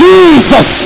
Jesus